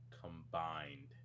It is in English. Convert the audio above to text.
combined